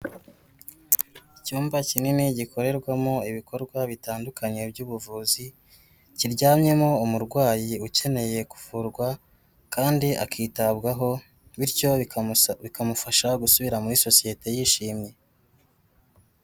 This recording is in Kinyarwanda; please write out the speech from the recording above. Icyumba kinini gikorerwamo ibikorwa bitandukanye by'ubuvuzi, kiryamyemo umurwayi ukeneye gu kuvurwa, kandi akitabwaho bityo bikamufasha gusubira muri sosiyete yishimye.